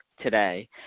today